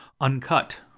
uncut